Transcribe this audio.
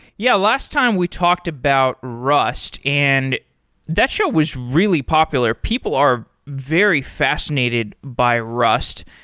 yeah, last time we talked about rust, and that show was really popular. people are very fascinated by rust.